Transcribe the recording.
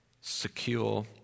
secure